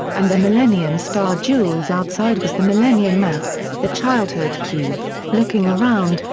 and the millennium star jewels outside was the millennium map, the childhood cube, looking around,